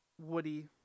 woody